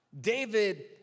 David